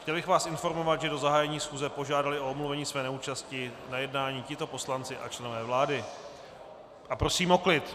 Chtěl bych vás informovat, že do zahájení schůze požádali o omluvení své neúčasti na jednání tito poslanci a členové vlády a prosím o klid!